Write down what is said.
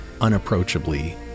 unapproachably